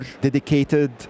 dedicated